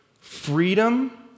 freedom